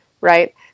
right